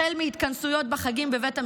החל מהתכנסויות בחגים בבית המקדש,